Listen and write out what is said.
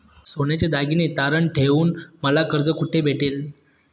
सोन्याचे दागिने तारण ठेवून मला कर्ज कुठे भेटेल?